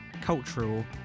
cultural